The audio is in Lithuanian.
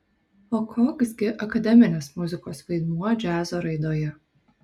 o koks gi akademinės muzikos vaidmuo džiazo raidoje